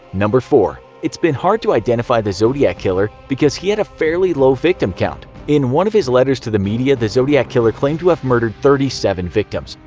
number four it's been hard to identify the zodiac killer because he had a fairly low victim count. in one of his letters to the media, the zodiac killer claimed to have murdered thirty seven victims.